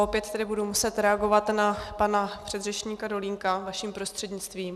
Opět tedy budu muset reagovat na pana předřečníka Dolínka vaším prostřednictvím.